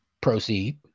proceed